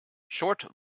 short